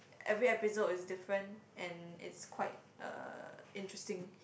every episode is different and it's quite uh interesting